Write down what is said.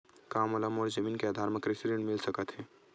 का मोला मोर जमीन के आधार म कृषि ऋण मिल सकत हे?